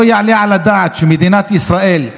לא יעלה על הדעת שמדינת ישראל,